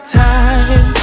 time